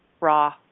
raw